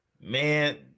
Man